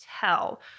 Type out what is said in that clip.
tell